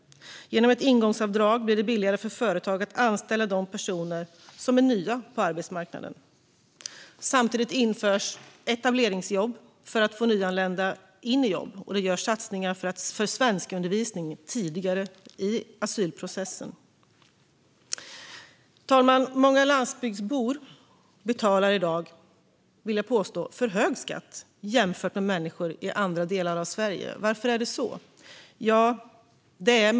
Genom ett ingångsavdrag blir det billigare för företag att anställa de personer som är nya på arbetsmarknaden. Samtidigt införs etableringsjobb för att få nyanlända in i jobb, och det görs satsningar för svenskundervisning tidigare i asylprocessen. Herr talman! Många landsbygdsbor betalar i dag, vill jag påstå, för hög skatt jämfört med människor i andra delar av Sverige. Varför är det så?